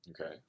Okay